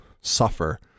suffer